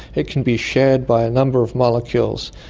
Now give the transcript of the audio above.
it can be shared by a number of molecules.